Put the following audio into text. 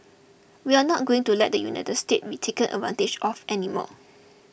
we are not going to let the United States be taken advantage of any more